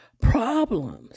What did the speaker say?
problems